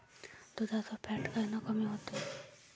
दुधाचं फॅट कायनं कमी होते?